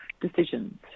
decisions